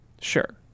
Sure